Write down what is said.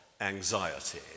anxiety